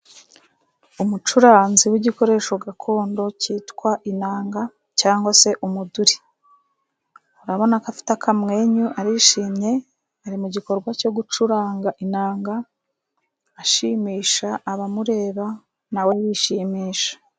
Umucuranzi w'igikoresho gakondo cyitwa inanga cyangwa se umuduri. Urabona ko afite akamwenyu arishimye, ari mu gikorwa cyo gucuranga inanga, ashimisha abamureba na we yishimisha.